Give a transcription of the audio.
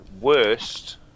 Worst